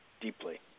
deeply